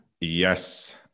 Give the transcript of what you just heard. Yes